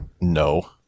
No